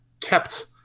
kept